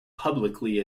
publicly